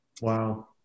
Wow